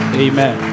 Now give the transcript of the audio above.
amen